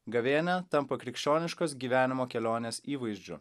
gavėnia tampa krikščioniškos gyvenimo kelionės įvaizdžiu